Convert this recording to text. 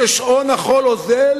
כששעון החול אוזל